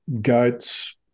goats